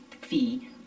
fee